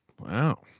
Wow